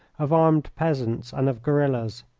of armed peasants, and of guerillas.